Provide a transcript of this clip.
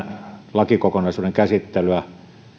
lakikokonaisuuden käsittelyä